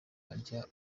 arya